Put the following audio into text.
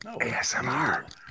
ASMR